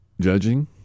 judging